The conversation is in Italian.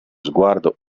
sguardo